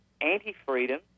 anti-freedom